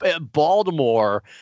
Baltimore